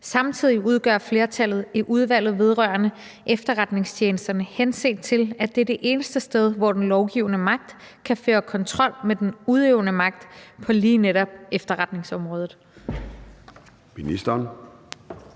samtidig udgør flertallet i Udvalget vedrørende Efterretningstjenesterne, henset til at det er det eneste sted, hvor den lovgivende magt kan føre kontrol med den udøvende magt på lige netop efterretningsområdet?